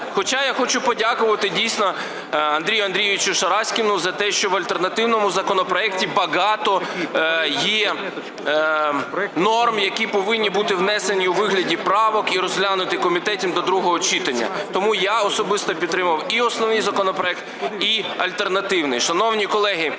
Хоча я хочу подякувати дійсно Андрію Андрійовичу Шараськіну за те, що в альтернативному законопроекті багато є норм, які повинні бути внесені у вигляді правок і розглянуті комітетом до другого читання. Тому я особисто підтримав і основний законопроект, і альтернативний.